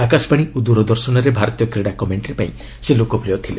ଆକାଶବାଣୀ ଓ ଦୂରଦର୍ଶନରେ ଭାରତୀୟ କ୍ରୀଡ଼ା କମେଣ୍ଟ୍ରି ପାଇଁ ସେ ଲୋକପ୍ରିୟ ଥିଲେ